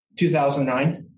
2009